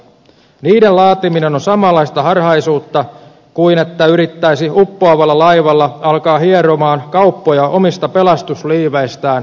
niiden laatiminen on samanlaista harhaisuutta kuin että yrittäisi uppoavalla laivalla alkaa hieroa kauppoja omista pelastusliiveistään rahaa vastaan